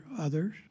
others